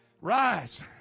Rise